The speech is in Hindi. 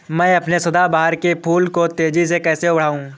मैं अपने सदाबहार के फूल को तेजी से कैसे बढाऊं?